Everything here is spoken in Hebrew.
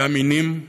והמינים,